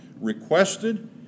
requested